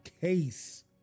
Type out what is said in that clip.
case